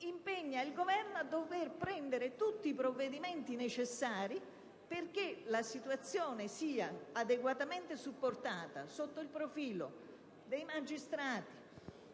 impegna il Governo a prendere tutti i provvedimenti necessari perché la situazione sia adeguatamente supportata sotto il profilo dei magistrati,